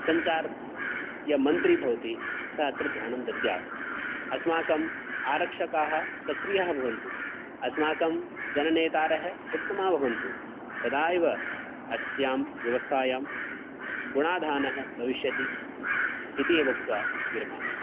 सञ्चारः यः मन्त्री भवति सः अत्र ध्यानं दद्यात् अस्माकं आरक्षकाः सक्रियाः भवन्तु अस्माकं जननेतारः उत्तमाः भवन्तु तदा एव अस्यां व्यवस्थायां गुणाधानः भविष्यति इति एव उक्त्वा विरमामि